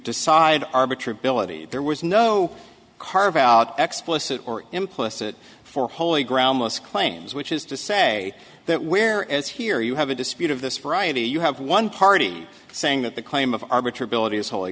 decide arbitrary ability there was no carve out explicit or implicit for holy ground most claims which is to say that where as here you have a dispute of this variety you have one party saying that the claim of arbiter ability is whol